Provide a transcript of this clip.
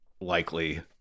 Likely